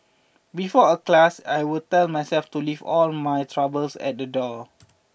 before a class I will tell myself to leave all my troubles at the door